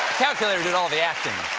calculator did all the action.